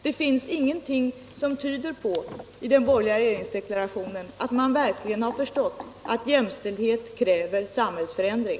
Det finns ingenting i den borgerliga regeringsdeklarationen som tyder på att man verkligen har förstått att jämställdhet kräver samhällsförändring.